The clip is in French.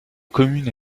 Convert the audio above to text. commune